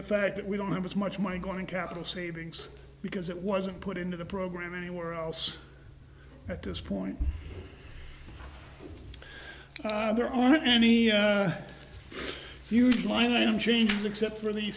the fact that we don't have as much money going capital savings because it wasn't put into the program anywhere else at this point there aren't any huge line changes except for the